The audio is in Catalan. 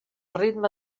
ritme